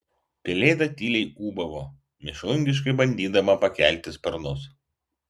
pelėda tyliai ūbavo mėšlungiškai bandydama pakelti sparnus